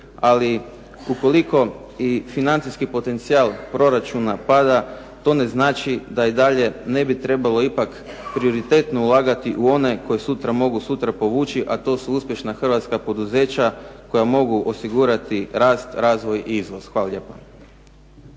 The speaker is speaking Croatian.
Ali ukoliko financijski potencijal proračuna pada, to ne znači da i dalje ne bi trebalo ipak prioritetno ulagati u one koji sutra mogu sutra povući, a to su uspješna hrvatska poduzeća koja mogu osigurati rast, razvoj i izvoz. Hvala lijepo.